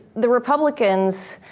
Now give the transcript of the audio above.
the republicans,